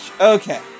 Okay